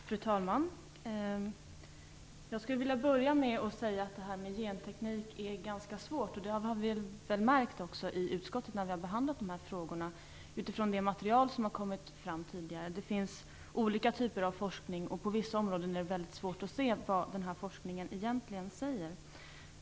Fru talman! Jag vill börja med att säga att det här med genteknik är ganska svårt. Det har vi märkt också i utskottet när vi har behandlat de här frågorna utifrån det material som har kommit fram tidigare. Det finns olika typer av forskning, och på vissa områden är det väldigt svårt att se vad den här forskningen egentligen säger.